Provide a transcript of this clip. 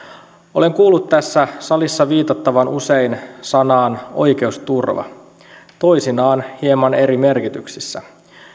olen kuullut tässä salissa viitattavan usein sanaan oikeusturva toisinaan hieman eri merkityksissä